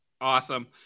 Awesome